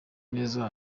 neza